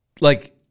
like-